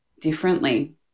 differently